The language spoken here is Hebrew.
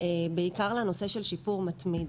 בעיקר לנושא של שיפור מתמיד.